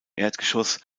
erdgeschoss